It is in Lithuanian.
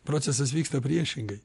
procesas vyksta priešingai